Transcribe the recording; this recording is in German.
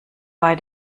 bei